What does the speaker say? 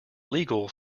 legal